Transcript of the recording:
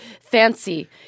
fancy